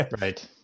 Right